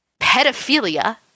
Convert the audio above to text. pedophilia